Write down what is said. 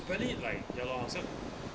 apparently like ya lor 好像